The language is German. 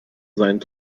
seinen